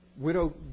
widow